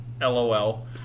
LOL